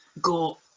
go